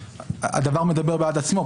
הדבר מדבר בעד עצמו,